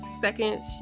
seconds